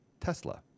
tesla